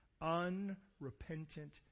Unrepentant